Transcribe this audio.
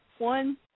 One